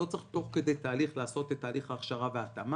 לא צריך תוך כדי תהליך לעשות את תהליך ההכשרה וההתאמה.